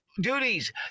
duties